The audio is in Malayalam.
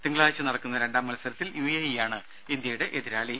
തിങ്കളാഴ്ച്ച നടക്കുന്ന രണ്ടാം മത്സരത്തിൽ യുഎഇ യാണ് ഇന്ത്യയുടെ എതിരാളി